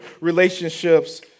relationships